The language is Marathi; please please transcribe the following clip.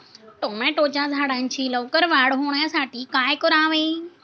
टोमॅटोच्या झाडांची लवकर वाढ होण्यासाठी काय करावे?